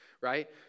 Right